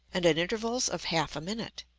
and at intervals of half a minute.